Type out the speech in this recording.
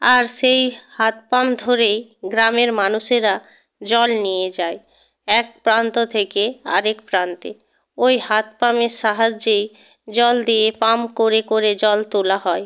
আর সেই হাত পাম্প ধরেই গ্রামের মানুষেরা জল নিয়ে যায় এক প্রান্ত থেকে আরেক প্রান্তে ওই হাত পাম্পের সাহায্যেই জল দিয়ে পাম্প করে করে জল তোলা হয়